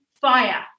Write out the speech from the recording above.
fire